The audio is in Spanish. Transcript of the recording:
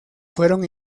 fueron